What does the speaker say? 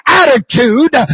attitude